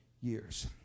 years